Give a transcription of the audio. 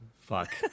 Fuck